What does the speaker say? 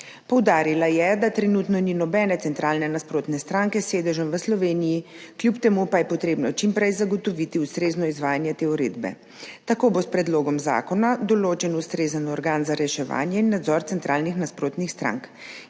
Poudarila je, da trenutno ni nobene centralne nasprotne stranke s sedežem v Sloveniji, kljub temu pa je treba čim prej zagotoviti ustrezno izvajanje te uredbe. Tako bo s predlogom zakona določen ustrezen organ za reševanje in nadzor centralnih nasprotnih strank,